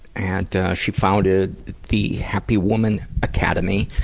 and she founded the happy woman academy,